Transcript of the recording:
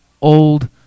old